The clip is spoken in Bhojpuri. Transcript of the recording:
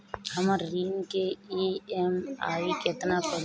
हमर ऋण के ई.एम.आई केतना पड़ी?